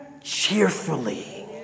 cheerfully